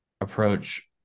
approach